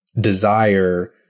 desire